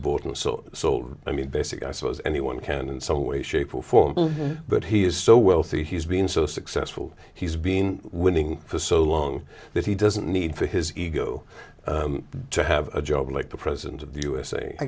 bought and so sold i mean basically i suppose anyone can in some way shape or form but he is so wealthy he's been so successful he's been winning for so long that he doesn't need for his ego to have a job like the president of